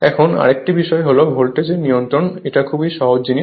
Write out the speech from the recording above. এখন আরেকটি বিষয় হল ভোল্টেজ নিয়ন্ত্রণ এটা খুবই সহজ জিনিস